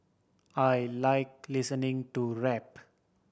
I like listening to rap